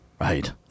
Right